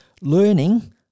learning